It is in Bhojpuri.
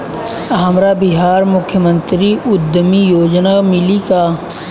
हमरा बिहार मुख्यमंत्री उद्यमी योजना मिली का?